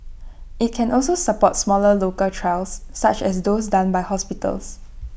IT can also support smaller local trials such as those done by hospitals